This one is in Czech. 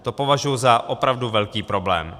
To považuji za opravdu velký problém.